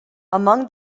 among